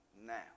now